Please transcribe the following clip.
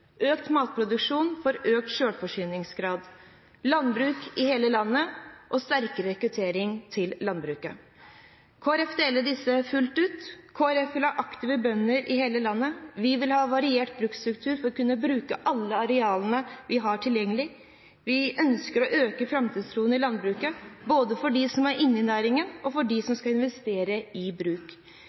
økt matproduksjon for økt selvforsyningsgrad landbruk i hele landet sterkere rekruttering til landbruket Kristelig Folkeparti slutter seg til disse fullt ut. Kristelig Folkeparti vil ha aktive bønder i hele landet. Vi vil ha variert bruksstruktur for å kunne bruke alle arealene vi har tilgjengelig. Vi ønsker å øke framtidstroen i landbruket både for dem som er inne i næringen, og for dem som skal investere i bruk.